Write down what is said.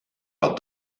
had